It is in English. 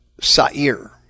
Sa'ir